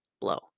blow